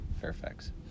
Fairfax